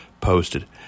posted